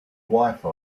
wifi